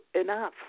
enough